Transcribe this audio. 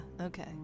okay